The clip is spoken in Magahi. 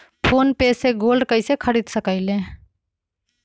फ़ोन पे से गोल्ड कईसे खरीद सकीले?